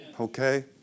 Okay